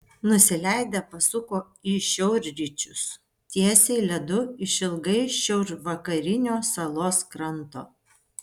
nusileidę pasuko į šiaurryčius tiesiai ledu išilgai šiaurvakarinio salos kranto